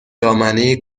دامنه